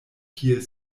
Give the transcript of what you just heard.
kiel